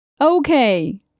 Okay